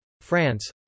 France